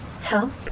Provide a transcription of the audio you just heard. Help